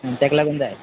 तेका लागून जाय